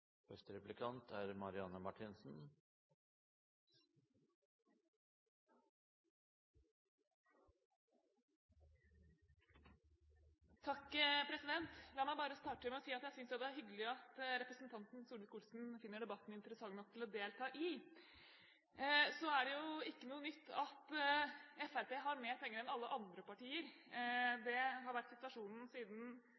La meg bare starte med å si at jeg synes at det er hyggelig at representanten Solvik-Olsen finner debatten interessant nok til å delta i. Så er det jo ikke noe nytt at Fremskrittspartiet har mer penger enn alle andre partier.